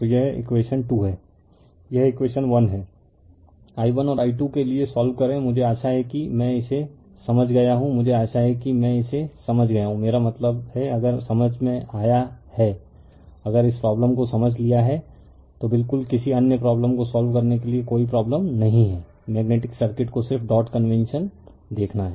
तो यह इकवेशन 2 है यह इकवेशन 1 है i1 और i2के लिए सोल्व करें मुझे आशा है कि मैं इसे समझ गया हूं मुझे आशा है कि मैं इसे समझ गया हूं मेरा मतलब है अगर समझ में आया है अगर इस प्रॉब्लम को समझ लिया है तो बिल्कुल किसी अन्य प्रॉब्लम को सोल्व करने के लिए कोई प्रॉब्लम नहीं है मेग्नेटिक सर्किट को सिर्फ डॉट कन्वेंशन देखना है